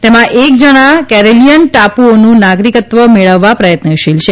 તેમાં એક જણા કેરેલિયન ટાપુઓનું નાગરિકત્વ મેળવવા પ્રયત્નશીલ છે